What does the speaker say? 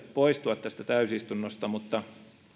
poistua tästä täysistunnosta mutta